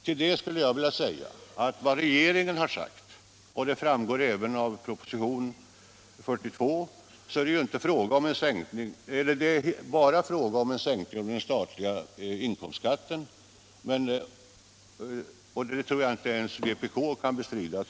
Till det skulle jag vilja säga att vad regeringen framhållit — detta framgår även av propositionen 42 — är att det bara är fråga om en sänkning av den statliga inkomstskatten. Det tror jag inte ens att vpk kan bestrida.